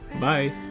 bye